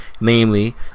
Namely